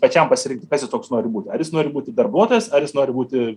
pačiam pasirinkti kas jis toks nori būt ar jis nori būti darbuotojas ar jis nori būti